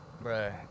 bro